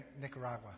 Nicaragua